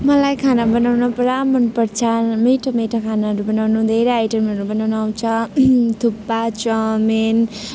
मलाई खाना बनाउन पुरा मनपर्छ मिठो मिठो खानाहरू बनाउनु धेरै आइटेमहरू बनाउनु आउँछ थुक्पा चाउमिन